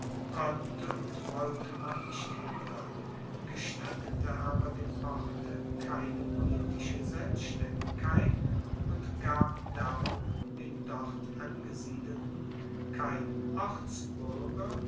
konnte und wollte man nicht hindern gestattete aber dem orte keine politische selbstaendigkeit und gab darum den dort angesiedelten kein